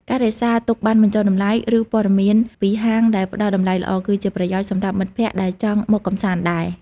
ការរក្សាទុកប័ណ្ណបញ្ចុះតម្លៃ ឬព័ត៌មានពីហាងដែលផ្ដល់តម្លៃល្អ គឺជាប្រយោជន៍សម្រាប់មិត្តភក្តិដែលចង់មកកម្សាន្តដែរ។